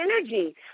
energy